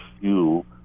fuel